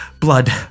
blood